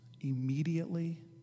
immediately